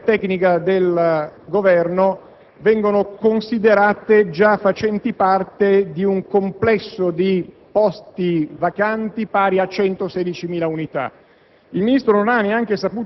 che invece nella relazione tecnica del Governo vengono considerate già facenti parte di un complesso di posti vacanti pari a 116.000 unità.